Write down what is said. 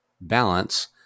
balance